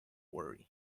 worry